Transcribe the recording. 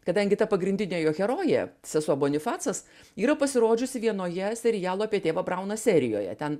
kadangi ta pagrindinė jo herojė sesuo bonifacas yra pasirodžiusi vienoje serialo apie tėvą brauną serijoje ten